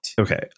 Okay